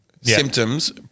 symptoms